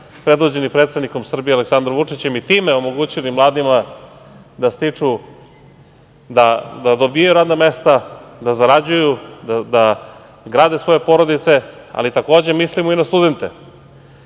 predvođeni predsednikom Srbije Aleksandrom Vučićem i time omogućili mladima da stiču, da dobijaju radna mesta, da zarađuju, da grade svoje porodice. Ali, takođe mislimo i na studente,